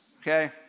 okay